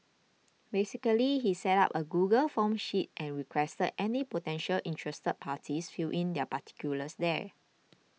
basically he set up a Google Forms sheet and requested any potentially interested parties fill in their particulars there